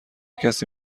کسی